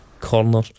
corner